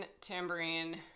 tambourine